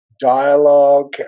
dialogue